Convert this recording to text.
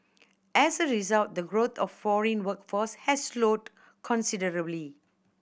as a result the growth of foreign workforce has slowed considerably